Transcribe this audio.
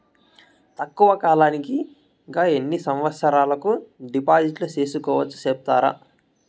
తక్కువ కాలానికి గా ఎన్ని సంవత్సరాల కు డిపాజిట్లు సేసుకోవచ్చు సెప్తారా